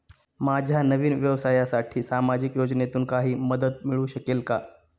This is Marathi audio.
माझ्या नवीन व्यवसायासाठी सामाजिक योजनेतून काही मदत मिळू शकेल का?